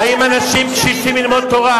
מה עם האגודה למלחמה בסרטן?